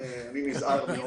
אני נזהר מאוד.